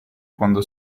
quando